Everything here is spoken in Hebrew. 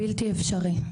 בלתי אפשרי,